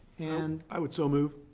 and i would so move.